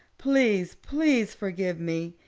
please, please, forgive me.